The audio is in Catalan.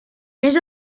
més